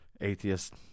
atheist